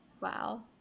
Wow